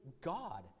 God